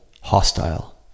hostile